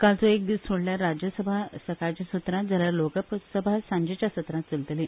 कालचो एक दीस सोडल्यार राज्यसभा सकाळचे सत्रांत जाल्यार लोकसभा सांजेच्या सत्रांत चलतली